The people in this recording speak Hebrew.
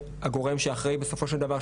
הגורם שיהיה הגורם שאחראי בסופו של דבר,